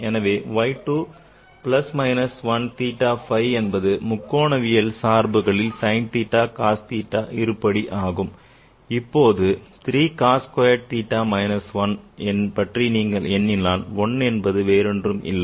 எனவே Y 2 plus minus 1 theta phi என்பது முக்கோணவியல் சார்புகளில் sin theta cos theta இருபடி ஆகும் இப்போது 3 cos squared theta minus 1 பற்றி நீங்கள் எண்ணினால் 1 என்பது வேறொன்றும் இல்லை